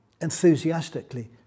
enthusiastically